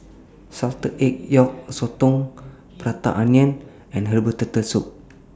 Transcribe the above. Salted Egg Yolk Sotong Prata Onion and Herbal Turtle Soup